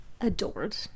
adored